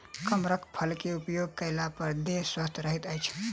कमरख फल के उपभोग कएला पर देह स्वस्थ रहैत अछि